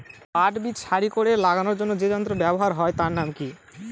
পাট বীজ সারি করে লাগানোর জন্য যে যন্ত্র ব্যবহার হয় তার নাম কি?